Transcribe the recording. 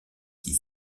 qui